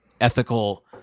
ethical